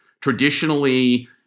Traditionally